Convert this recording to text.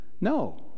No